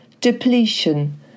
depletion